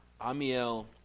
Amiel